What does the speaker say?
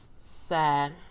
sad